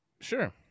sure